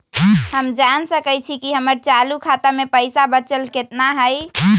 हम जान सकई छी कि हमर चालू खाता में पइसा बचल कितना हई